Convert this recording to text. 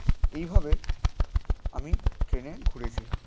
এইভাবে আমি ট্রেনে ঘুরেছি